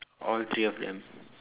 all three of them